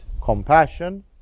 compassion